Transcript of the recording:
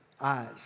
eyes